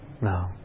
No